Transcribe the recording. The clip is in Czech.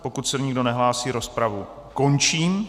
Pokud se nikdo nehlásí, rozpravu končím.